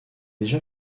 déjà